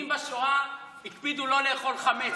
יאיר, הוא מחזיר את הסטטוס קוו.